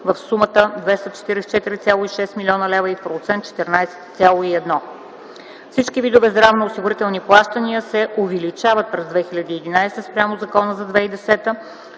в сумата – 244,6 млн. лв., а в процент – 14,1 на сто. Всички видове здравноосигурителни плащания се увеличават през 2011 г. спрямо закона за 2010